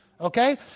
Okay